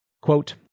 Quote